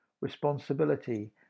Responsibility